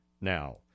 now